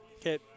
Okay